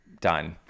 Done